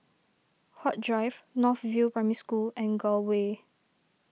Huat Drive North View Primary School and Gul Way